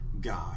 God